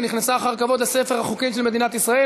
ונכנסה אחר כבוד לספר החוקים של מדינת ישראל.